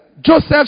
Joseph